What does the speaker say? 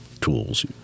tools